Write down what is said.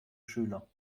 schüler